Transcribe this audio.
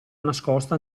nascosta